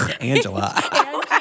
Angela